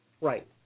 Right